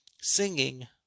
singing